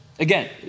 Again